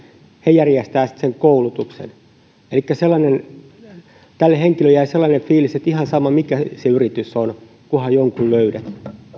ja he järjestävät sitten sen koulutuksen tälle henkilölle jäi sellainen fiilis että ihan sama mikä se yritys on kunhan jonkun löydät